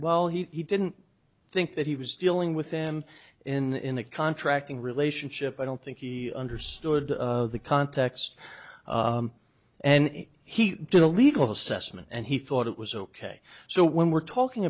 well he didn't think that he was dealing with them in that contracting relationship i don't think he understood the context and he did a legal assessment and he thought it was ok so when we're talking